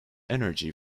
energy